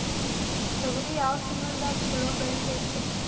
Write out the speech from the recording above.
ತೊಗರಿ ಯಾವ ತಿಂಗಳದಾಗ ಛಲೋ ಬೆಳಿತೈತಿ?